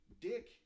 Dick